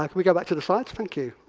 like we go back to the slides, thank you. oh,